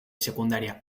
secundaria